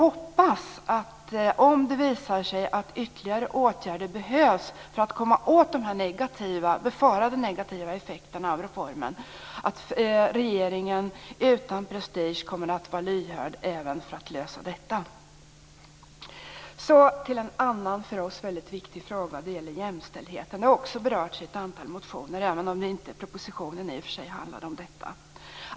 Om det visar sig att ytterligare åtgärder behövs för att komma åt de befarade negativa effekterna av reformen hoppas vi att regeringen utan prestige är lyhörd även när det gäller att lösa detta. Sedan till en annan för oss väldigt viktig fråga, jämställdheten. Den frågan har också berörts i ett antal motioner, även om propositionen inte handlar om detta.